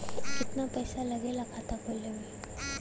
कितना पैसा लागेला खाता खोले में?